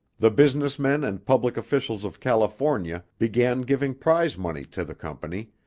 the business men and public officials of california began giving prize money to the company,